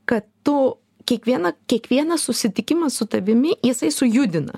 kad tu kiekvieną kiekvienas susitikimas su tavimi jisai sujudina